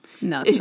No